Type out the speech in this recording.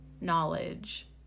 Knowledge